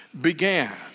began